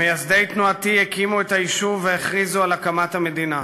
מייסדי תנועתי הקימו את היישוב והכריזו על הקמת המדינה.